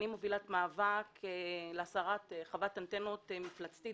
אני מובילת מאבק להסרת חוות אנטנות מפלצתית